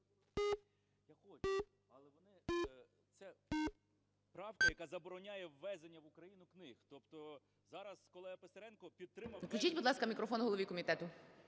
Включіть, будь ласка, мікрофон голові комітету.